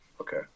Okay